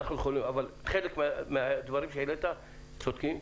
אבל חלק מהדברים שהעלית צודקים,